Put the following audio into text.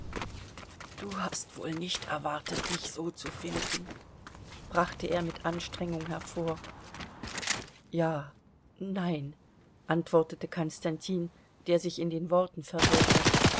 du hast wohl nicht erwartet mich so zu finden brachte er mit anstrengung hervor ja nein antwortete konstantin der sich in den worten verwirrte